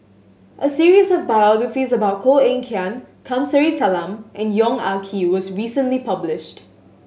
a series of biographies about Koh Eng Kian Kamsari Salam and Yong Ah Kee was recently published